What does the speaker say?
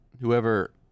Whoever